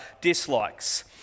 dislikes